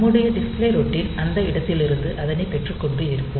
நம்முடைய display routine அந்த இடத்திலிருந்து அதனைப் பெற்று கொண்டே இருக்கும்